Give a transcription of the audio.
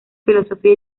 filosofía